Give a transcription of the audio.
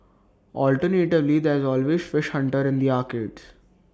alternatively there's always fish Hunter in the arcades